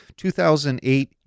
2008